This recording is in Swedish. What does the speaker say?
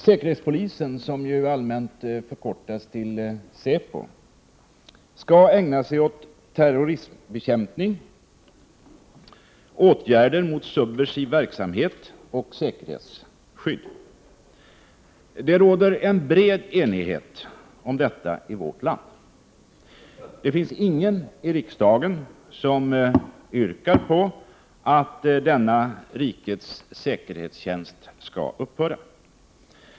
Säkerhetspolisen — som allmänt förkortas säpo — skall ägna sig åt terrorismbekämpning, åtgärder mot subversiv verksamhet och säkerhetsskydd. Det råder en bred enighet om detta i vårt land. Det finns inte någon i riksdagen som yrkar på att denna rikets säkerhetstjänst skall upphöra.